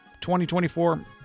2024